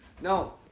No